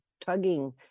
tugging